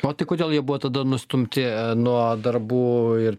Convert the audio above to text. o tai kodėl jie buvo tada nustumti nuo darbų ir